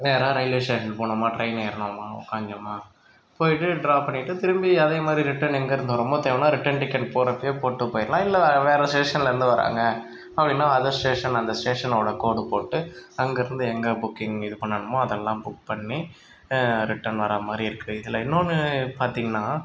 நேராக railway station போனோமா train ஏறினோமா உக்காஞ்சோமா போயிட்டு ட்ராப் பண்ணிவிட்டு திரும்பி அதேமாதிரி ரிட்டன் எங்கேயிருந்து வரோமோ தேவைனா ரிட்டன் டிக்கெட் போடுறப்பையே போட்டு போயிடலாம் இல்லை வேறு வேறு ஸ்டேஷனில் இருந்து வராங்க அப்படி இல்லைன்னா அதர் ஸ்டேஷன் அந்த ஸ்டேஷனோடய கோடு போட்டு அங்கேயிருந்து எங்க புக்கிங் இது பண்ணணுமோ அதெல்லாம் புக் பண்ணி ரிட்டன் வர மாதிரி இருக்குது இதில் இன்னோன்று பார்த்தீங்கனா